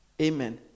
Amen